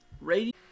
radio